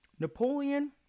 Napoleon